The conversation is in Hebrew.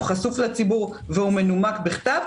חשוף לציבור ומנומק בכתב,